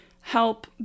help